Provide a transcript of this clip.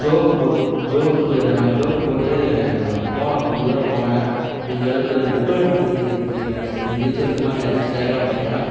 joke போட்டு ஜோக்கு ஆன் ஜோக்கு போட்டு நான் போனேன் கொஞ்ச தூரம் போனேன் முடிஞ்சளவுக்கு பெட்ரோல் பங்கு இங்கே எங்கேயாச்சும் இருக்குமான்னு யாருட்டயாச்சும் கேட்கலான்னு பார்த்தேன்